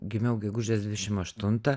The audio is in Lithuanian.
gimiau gegužės dvidešim aštuntą